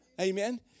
Amen